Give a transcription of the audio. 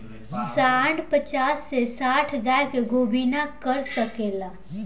सांड पचास से साठ गाय के गोभिना कर सके ला